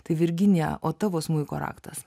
tai virginija o tavo smuiko raktas